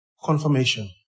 Confirmation